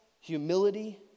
humility